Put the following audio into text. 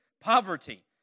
poverty